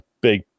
big